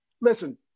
listen